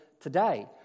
today